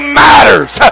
matters